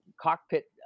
cockpit